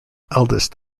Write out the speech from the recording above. eldest